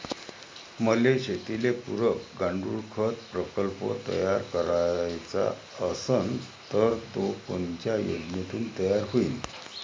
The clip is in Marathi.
मले शेतीले पुरक गांडूळखत प्रकल्प तयार करायचा असन तर तो कोनच्या योजनेतून तयार होईन?